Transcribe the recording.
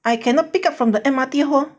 I cannot pick up from the M_R_T hole